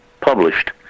published